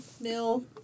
mill